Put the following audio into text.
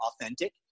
authentic